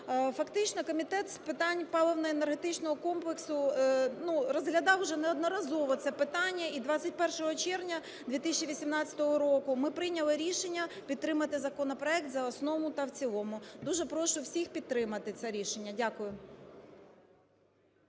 Фактично Комітет з питань паливно-енергетичного комплексу розглядав вже неодноразово це питання, і 21 червня 2018 року ми прийняли рішення підтримати законопроект за основу та в цілому. Дуже прошу всіх підтримати це рішення. Дякую.